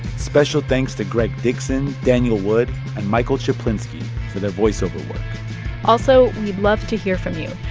special thanks to greg dixon, daniel wood and michael czaplinski for their voiceover also, we'd love to hear from you.